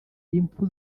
impfu